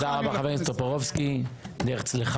תודה רבה, חבר הכנסת טופורובסקי, דרך צלחה.